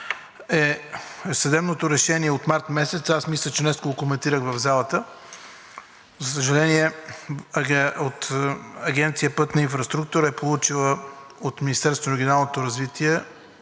Съдебното решение е от март месец и мисля, че днес го коментирах в залата. За съжаление, в Агенция „Пътна инфраструктура“ се е получило от Министерството на регионално развитие